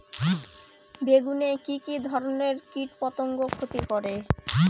বেগুনে কি কী ধরনের কীটপতঙ্গ ক্ষতি করে?